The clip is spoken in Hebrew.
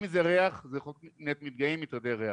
זה ריח זה חוק מניעת מפגעים ומטרדי ריח.